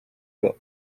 vas